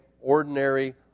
ordinary